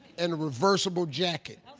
and a reversible jacket.